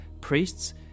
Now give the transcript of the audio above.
priests